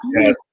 Yes